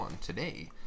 today